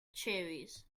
cherries